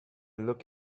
look